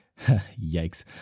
Yikes